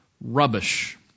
rubbish